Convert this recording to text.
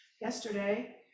Yesterday